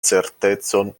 certecon